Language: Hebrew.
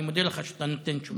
אני מודה לך על שאתה נותן תשובה.